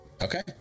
Okay